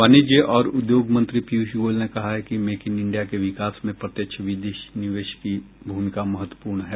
वाणिज्य और उद्योग मंत्री पीयूष गोयल ने कहा है कि मेक इन इंडिया के विकास में प्रत्यक्ष विदेशी निवेश की भूमिका महत्वपूर्ण है